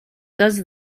does